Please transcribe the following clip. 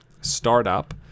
Startup